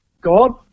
God